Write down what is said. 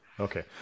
Okay